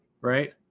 right